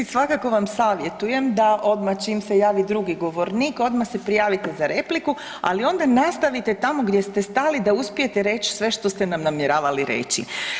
Svakako vam savjetujem da odmah čim se javi drugi govornik odmah se prijavite za repliku, ali onda nastavite tamo gdje ste stali da uspijete reći sve što ste nam namjeravali reći.